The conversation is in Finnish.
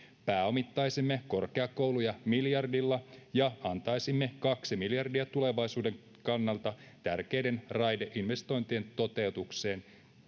pääomittaisimme korkeakouluja miljardilla ja antaisimme kaksi miljardia tulevaisuuden kannalta tärkeiden raideinvestointien toteutukseen